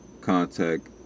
contact